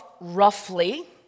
roughly